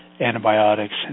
antibiotics